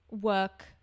work